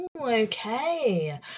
Okay